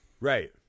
Right